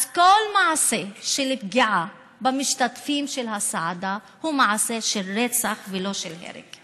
אז כל מעשה של פגיעה במשתתפים של הצעדה הוא מעשה של רצח ולא של הרג.